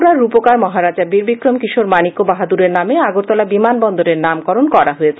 ত্রিপুরার রূপকার মহারাজা বীরবিক্রম কিশোর মাণিক্য বাহাদুরের নামে আগরতলা বিমান বন্দরের নামকরণ করা হয়েছে